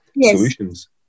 solutions